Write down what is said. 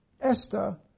Esther